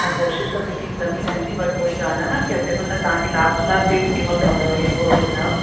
त कोशिशि त मुंहिंजी हिकदमि ई रहंदी बट हो ई ॻाल्हि आहे न की अवलेबिल न तव्हांखे लास्ट लास्ट डेट कंहिं महिल खपेव हे थोरो ॿुधायो